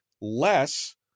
less